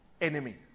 enemy